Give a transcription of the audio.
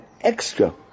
extra